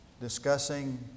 discussing